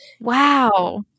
Wow